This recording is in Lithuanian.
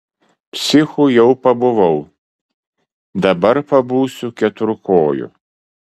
psichu jau pabuvau dabar pabūsiu keturkoju